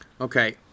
Okay